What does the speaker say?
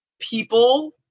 people